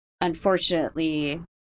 Unfortunately